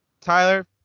tyler